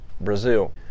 Brazil